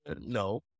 No